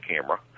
camera